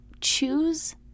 choose